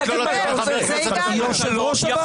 יושב-ראש הוועדה,